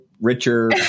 richer